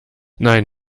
nein